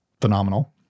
phenomenal